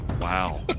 Wow